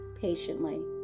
patiently